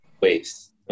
ways